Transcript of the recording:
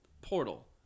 portal